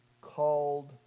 called